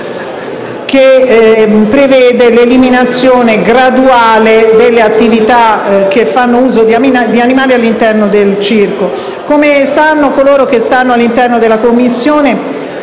che prevede l'eliminazione graduale delle attività che fanno uso di animali all'interno del circo. Come sanno i membri della Commissione,